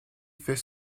fait